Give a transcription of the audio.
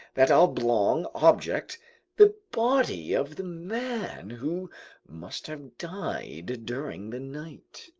that oblong object the body of the man who must have died during the night!